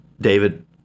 David